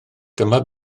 dyma